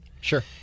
Sure